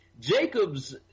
Jacobs